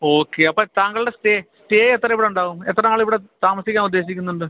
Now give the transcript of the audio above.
okay അപ്പം താങ്കളുടെ stay സ്റ്റേയെത്ര ഇവിടെയുണ്ടാകും എത്ര നാളിവിടെ താമസിക്കാൻ ഉദ്ദേശിക്കുന്നുണ്ട്